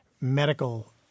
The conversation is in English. medical